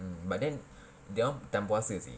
mm but then that one time puasa seh